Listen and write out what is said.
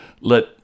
let